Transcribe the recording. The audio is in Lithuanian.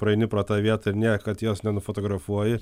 praeini pro tą vietą ir niekad jos nenufotografuoji